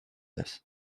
this